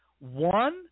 one